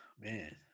man